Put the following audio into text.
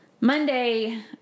Monday